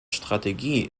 strategie